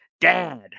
Dad